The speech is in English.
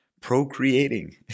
procreating